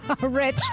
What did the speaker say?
Rich